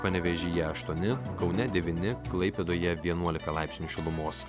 panevėžyje aštuoni kaune devyni klaipėdoje vienuolika laipsnių šilumos